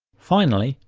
finally,